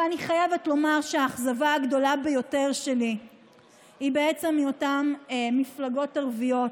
אבל אני חייבת לומר שהאכזבה הגדולה ביותר שלי היא מאותן מפלגות ערביות,